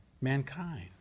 Mankind